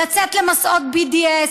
לצאת למסעות BDS,